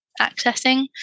accessing